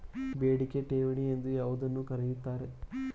ಬೇಡಿಕೆ ಠೇವಣಿ ಎಂದು ಯಾವುದನ್ನು ಕರೆಯುತ್ತಾರೆ?